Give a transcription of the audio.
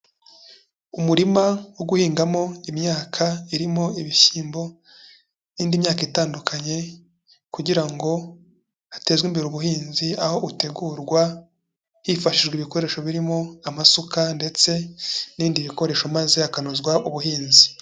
Umurima wo guhingamo imyaka irimo ibishyimbo n'indi myaka itandukanye kugira ngo hatezwe imbere ubuhinzi, aho utegurwa hifashijwe ibikoresho birimo amasuka ndetse n'ibindi bikoresho maze hakanozwa ubuhinzi.